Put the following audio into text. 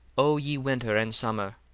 o ye winter and summer,